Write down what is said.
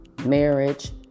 Marriage